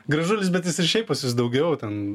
gražulis bet jis ir šiaip pas jus daugiau ten